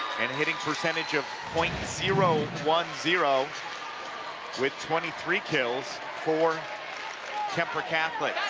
and hitting percentage of point zero one zero with twenty three kills for kuemper catholic.